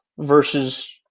versus –